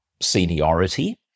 seniority